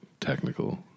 technical